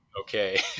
Okay